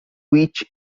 which